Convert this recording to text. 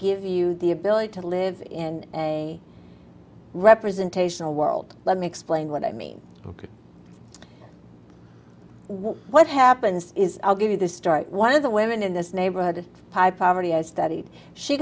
give you the ability to live in a representational world let me explain what i mean what happens is i'll give you this story one of the women in this neighborhood pi poverty i studied she